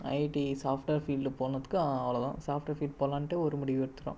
ID software field போனதுக்கு அவ்வளோதான் software field போகலான்ட்டு ஒரு முடிவெடுத்துவிட்டோம்